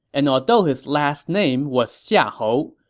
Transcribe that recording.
and although his last name was xiahou,